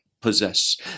possess